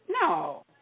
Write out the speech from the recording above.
No